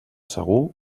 segur